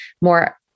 more